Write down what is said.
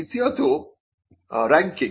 দ্বিতীয়তঃ রাঙ্কিং